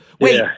Wait